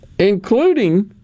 including